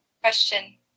question